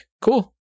Cool